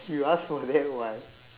you ask for that what